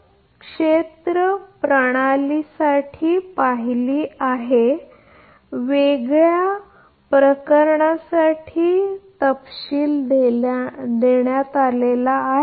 एक गोष्ट आपण एक क्षेत्र प्रणालीसाठी पाहिली आहे वेगळ्या केस साठी तपशील देण्यात आला आहे